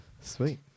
Sweet